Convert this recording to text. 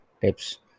tips